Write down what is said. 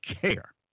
care